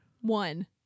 One